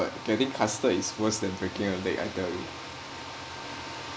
getting casted is worse than breaking a leg I tell you